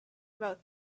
about